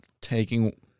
taking